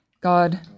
God